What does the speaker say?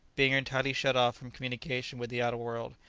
being entirely shut off from communication with the outer world,